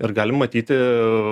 ir galim matyti